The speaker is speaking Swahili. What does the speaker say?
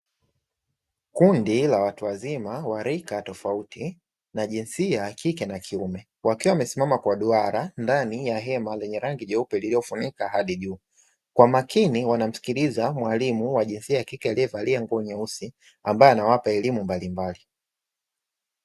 Kundi la watu wazima wa rika tofauti na jinsia ya kike na kiume, wakiwa wamesimama kwa duara, ndani ya hema lenye rangi jeupe lililofunika hadi juu, kwa makini wanamsikiliza mwalimu wa jinsia ya kike aliyevalia nguo nyeusi, ambaye anawapa elimu mbalimbali.